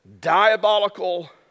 diabolical